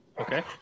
Okay